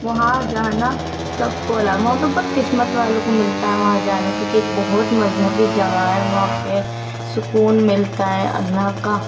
وہاں جانا سب کو الاؤ ہے وہاں پر بت قسمت والوں کو ملتا ہے وہاں جانے کو کیونکہ ایک بہت مذہبی جگہ ہے وہاں پہ سکون ملتا ہے اللہ کا